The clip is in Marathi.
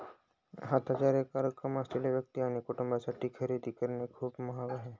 हातात रोख रक्कम असलेल्या व्यक्ती आणि कुटुंबांसाठी खरेदी करणे खूप महाग आहे